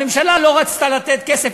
הממשלה לא רצתה לתת כסף,